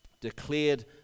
declared